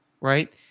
Right